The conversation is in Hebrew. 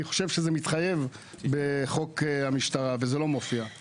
אני חושב שזה מתחייב בחוק המשטרה וזה לא מופיע.